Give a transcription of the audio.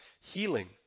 Healing